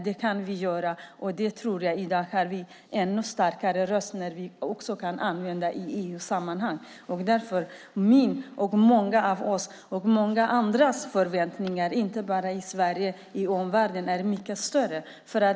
Jag tror att vi i dag har en ännu starkare röst när vi också kan använda den i EU-sammanhang. Därför är min och många andras förväntningar, inte bara i Sverige utan också i omvärlden, mycket större nu.